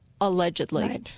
allegedly